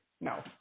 No